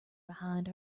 behind